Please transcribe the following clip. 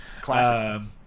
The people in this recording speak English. classic